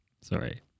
Sorry